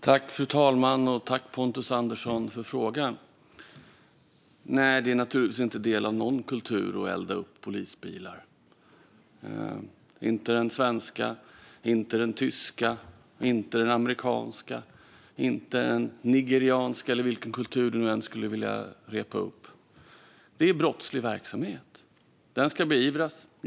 Fru talman! Tack, Pontus Andersson, för frågan! Det är naturligtvis inte del av någon kultur att elda upp polisbilar. Det är inte en del av den svenska, den tyska, den amerikanska, den nigerianska eller vilken kultur du än skulle vilja räkna upp. Det är brottslig verksamhet. Den ska beivras.